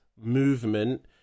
movement